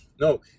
no